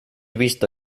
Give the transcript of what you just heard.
visto